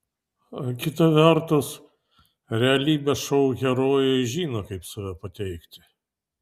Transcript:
kita vertus realybės šou herojai žino kaip save pateikti